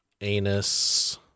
anus